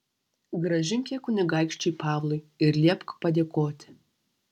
grąžink ją kunigaikščiui pavlui ir liepk padėkoti